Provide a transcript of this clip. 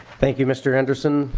thank you mr. anderson.